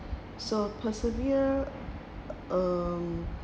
so persevere um